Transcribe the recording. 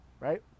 right